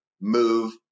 Move